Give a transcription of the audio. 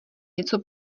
něco